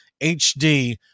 HD